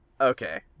Okay